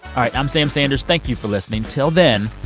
i'm sam sanders. thank you for listening. till then,